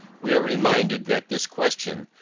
we are reminded that this question,